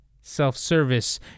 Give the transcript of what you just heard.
self-service